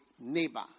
neighbor